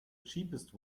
cheapest